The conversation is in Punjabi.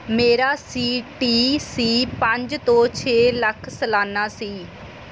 ਮੇਰਾ ਸੀ ਟੀ ਸੀ ਪੰਜ ਤੋਂ ਛੇ ਲੱਖ ਸਾਲਾਨਾ ਸੀ